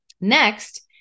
Next